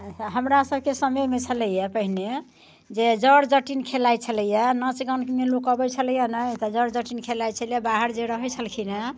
हमरा सभकेँ समयमे छलैया पहिने जे जट जटिन खेलाइत छलैया नाँच गानमे लोक अबैत छलैया नहि तऽ जट जटिन खेलाइत छलै बाहर जे रहैत छलखिन हँ